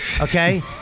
Okay